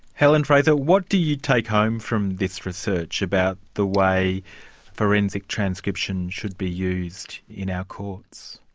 helen fraser, what do you take home from this research about the way forensic transcription should be used in our courts?